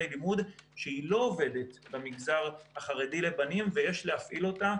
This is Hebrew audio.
שלא עובדת במגזר החרדי לבנים ויש להפעיל אותה.